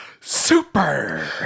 Super